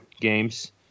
games